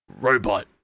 Robot